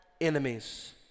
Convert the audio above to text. enemies